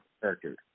character